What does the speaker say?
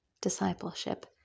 discipleship